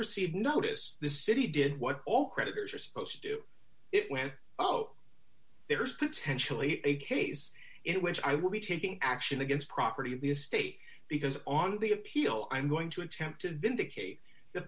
received notice the city did what all creditors are supposed to do it went oh there's potentially a case in which i will be taking action against property of the estate because on the appeal i'm going to attempt to vindicate the